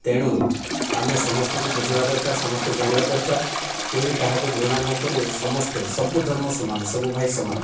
ତେଣୁ ଆମେ ସମସ୍ତଙ୍କୁ ବୁଝେଇବା ଦରକାର ସମସ୍ତେ ଜାଣିବା ଦରକାର କେହି କାହାକୁ ଘୃଣା ନକରି ସମସ୍ତେ ସବୁ ଧର୍ମ ସମାନ ସବୁ ଭାଇ ସମାନ